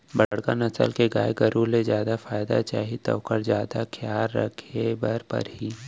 बड़का नसल के गाय गरू ले जादा फायदा चाही त ओकर जादा खयाल राखे बर परही